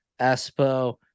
Espo